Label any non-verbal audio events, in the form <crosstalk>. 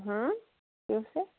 <unintelligible>